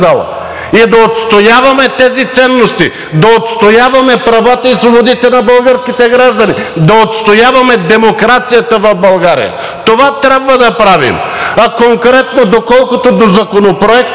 и да отстояваме тези ценности, да отстояваме правата и свободите на българските граждани, да отстояваме демокрацията в България – това трябва да правим. А конкретно колкото до Законопроекта,